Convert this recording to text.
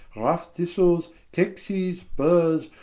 rough thistles keksyes, burres,